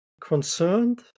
concerned